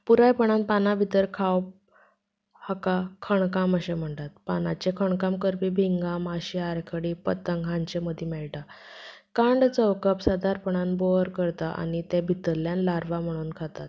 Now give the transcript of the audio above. पुरायपणान पाना भितर खावप हाका खणकाम अशें म्हणटात पानाचें खणकाम करपी भिंगां माशी आरखडी पतंग हांचे मदीं मेळटा कांड चौकप सादारपणान बोअर करता आनी ते भितरल्यान लार्वा म्हणोन खातात